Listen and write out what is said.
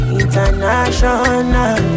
international